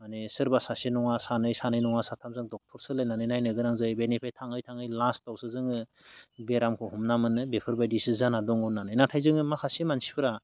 माने सोरबा सासे नङा सानै नङा साथामजों ड'क्टर सोलायनानै नायनोगोनां जायो बेनिफ्रायनो थाङै थाङै लास्टआवसो जोङो बेरामखौ हमना मोनो बेफोरबायदिसो जाना दङ होननानै नाथाय जोङो माखासे मानसिफोरा